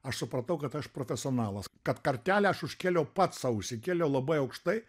aš supratau kad aš profesionalas kad kartelę aš užkėliau pats sau užsikėliau labai aukštai